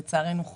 לצערנו,